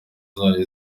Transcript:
zayo